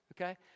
okay